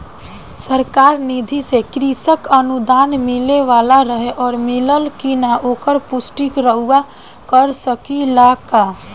सरकार निधि से कृषक अनुदान मिले वाला रहे और मिलल कि ना ओकर पुष्टि रउवा कर सकी ला का?